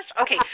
Okay